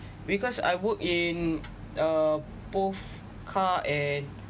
because I work in uh both car and